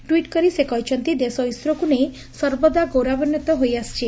ଟ୍ବିଟ୍ କରି ସେ କହିଥିଲେ ଦେଶ ଇସ୍ରୋକୁ ନେଇ ସର୍ବଦା ଗୌରବାନ୍ୱିତ ହୋଇଆସିଛି